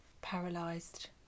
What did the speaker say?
paralysed